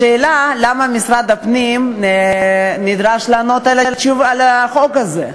השאלה, למה משרד הפנים נדרש לענות על החוק הזה.